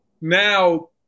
now